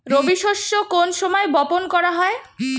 রবি শস্য কোন সময় বপন করা হয়?